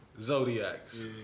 Zodiacs